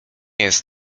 jest